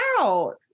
out